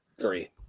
Three